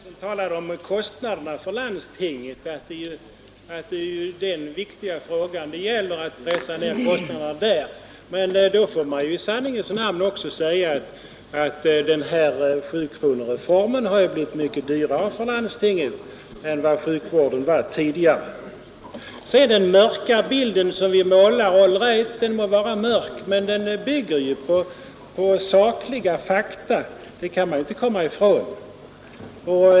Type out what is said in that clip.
Herr talman! Herr Svensson i Kungälv talade om landstingens kostnader och att det är viktigt att pressa ned dem. Men då bör det i sanningens namn också sägas att sjukronorsreformen har gjort sjukvården avsevärt dyrare för landstingen än den var tidigare. Den bild som vi målar må vara mörk, men att den bygger på fakta kan man inte komma ifrån.